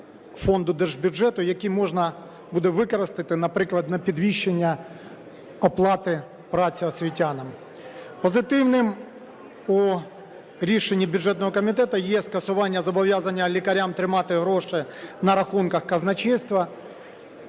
держбюджету, які можна буде використати, наприклад, на підвищення оплати праці освітянам. Позитивним у рішенні бюджетного комітету є скасування зобов'язання лікарям тримати гроші на рахунках казначейства.